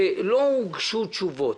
לא הוגשו תשובות,